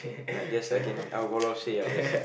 I guess I can I got a lot of say I guess